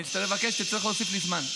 אני אצטרך לבקש ותצטרך להוסיף לי זמן.